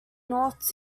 north